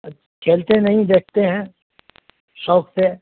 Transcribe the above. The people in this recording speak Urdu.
کھیلتے نہیں دیکھتے ہیں شوک سے